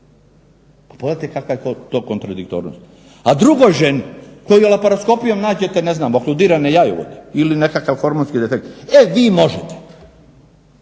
Pogledajte kakva je to kontradiktornost. A drugoj ženi kojoj laparoskopijom nađete ne znam okludirane jajovode ili nekakav hormonski defekt e vi možete.